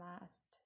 last